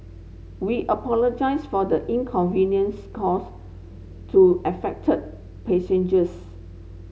we apologise for the inconvenience caused to affected passengers